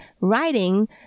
writing